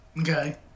Okay